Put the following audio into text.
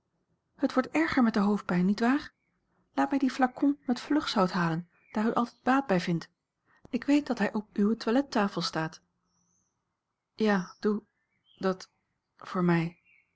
het wordt erger met de hoofdpijn niet waar laat mij dien flacon met vlugzout halen daar u altijd baat bij vindt ik weet dat hij op uwe toilettafel staat ja doe dat voor mij